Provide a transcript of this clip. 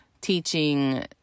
teaching